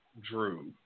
Drew